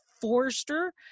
forester